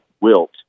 wilt